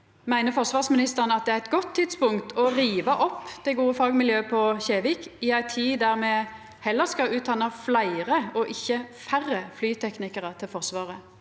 Meiner forsvarsministeren at det er eit godt tidspunkt å riva opp det gode fagmiljøet på Kjevik, i ei tid der me heller skal utdanna fleire og ikkje færre flyteknikarar til Forsvaret?